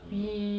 mm